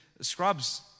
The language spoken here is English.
scrubs